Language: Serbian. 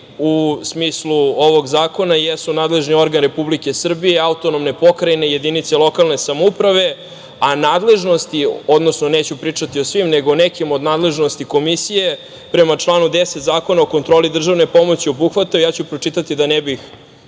u smislu ovog zakona jesu nadležni organ Republike Srbije, Autonomne pokrajine, jedinica lokalne samouprave, a nadležnost je, odnosno neću pričati o svim, nego o nekim od nadležnosti Komisije, prema članu 10. Zakona o kontroli državne pomoći obuhvata, ja ću pročitati da ne bih